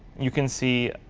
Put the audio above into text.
you can see